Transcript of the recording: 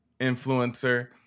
influencer